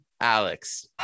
Alex